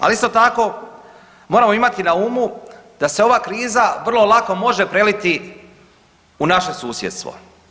Ali isto tako moramo imati na umu da se ova kriza vrlo lako može preliti u naše susjedstvo.